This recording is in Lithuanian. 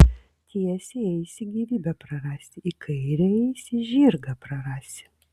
tiesiai eisi gyvybę prarasi į kairę eisi žirgą prarasi